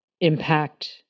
impact